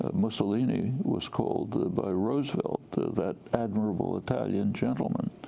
ah mussolini was called, by roosevelt, that admirable italian gentleman,